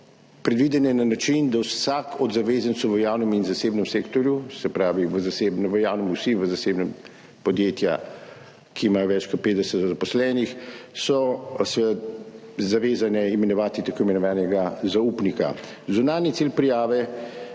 predvidene na način, da je vsak od zavezancev v javnem in zasebnem sektorju, se pravi v javnem vsi, v zasebnem podjetja, ki imajo več kot 50 zaposlenih, zavezan imenovati tako imenovanega zaupnika. Zunanji cilj prijave